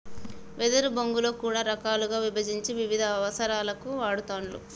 వెదురు బొంగులో కూడా రకాలుగా విభజించి వివిధ అవసరాలకు వాడుతూండ్లు